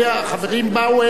החברים באו הנה